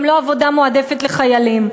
גם לא בעבודה המועדפת לחיילים.